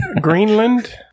Greenland